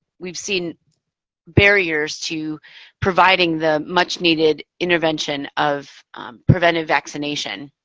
we've seen barriers to providing the much-needed intervention of preventive vaccination.